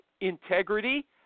integrity